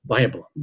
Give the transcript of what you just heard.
Bible